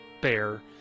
bear